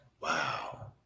wow